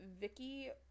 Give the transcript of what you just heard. Vicky